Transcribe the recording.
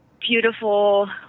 beautiful